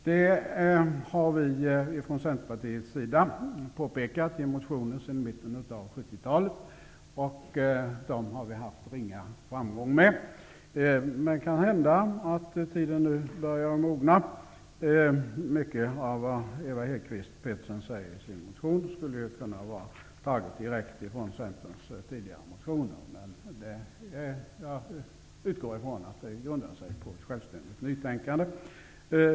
Det har vi i Centerpartiet ända sedan mitten av 70 talet påpekat i motioner. Men dessa har vi haft ringa framgång med. Kanhända att tiden nu börjar vara mogen. Man skulle kunna tro att mycket av det som Ewa Hedkvist Petersen säger i sin motion hämtats från Centerns tidigare motioner. Men jag utgår från att det hon säger i motionen grundas på ett självständigt nytänkande.